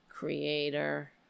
creator